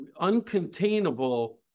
uncontainable